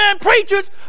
preachers